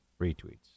retweets